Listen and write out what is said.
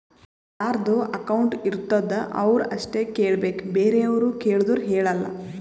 ಯಾರದು ಅಕೌಂಟ್ ಇರ್ತುದ್ ಅವ್ರು ಅಷ್ಟೇ ಕೇಳ್ಬೇಕ್ ಬೇರೆವ್ರು ಕೇಳ್ದೂರ್ ಹೇಳಲ್ಲ